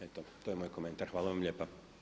Eto to je moj komentar, hvala vam lijepa.